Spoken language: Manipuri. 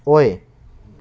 ꯑꯣꯏ